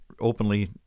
openly